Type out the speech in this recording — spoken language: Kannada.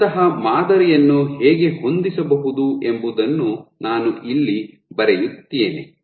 ಅಂತಹ ಮಾದರಿಯನ್ನು ಹೇಗೆ ಹೊಂದಿಸಬಹುದು ಎಂಬುದನ್ನು ನಾನು ಇಲ್ಲಿ ಬರೆಯುತ್ತೇನೆ